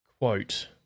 quote